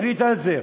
הוא החליט על זה.